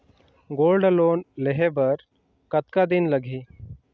Gold loan लेहे बर कतका दिन लगही?